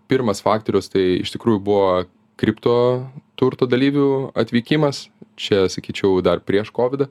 pirmas faktorius tai iš tikrųjų buvo kripto turto dalyvių atvykimas čia sakyčiau dar prieš kovidą